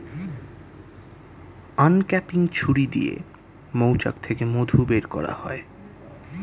uncapping ছুরি দিয়ে মৌচাক থেকে মধু বের করা হয়